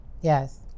Yes